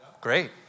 Great